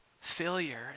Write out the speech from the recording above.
failure